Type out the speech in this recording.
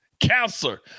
counselor